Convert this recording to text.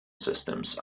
systems